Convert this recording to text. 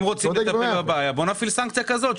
אם רוצים לטפל בבעיה אז בוא נפעיל סנקציה כזאת.